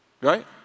Right